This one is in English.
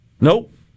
Nope